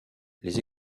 les